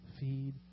Feed